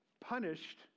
punished